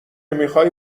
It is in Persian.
میخوای